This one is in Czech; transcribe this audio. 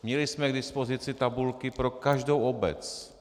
Měli jsme k dispozici tabulky pro každou obec.